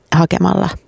hakemalla